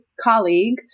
colleague